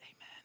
Amen